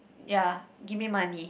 ya give me money